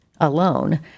alone